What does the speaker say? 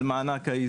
על מענק האיזון,